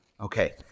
Okay